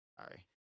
Sorry